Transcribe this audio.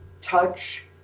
touch